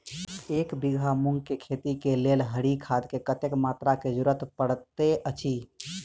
एक बीघा मूंग केँ खेती केँ लेल हरी खाद केँ कत्ते मात्रा केँ जरूरत पड़तै अछि?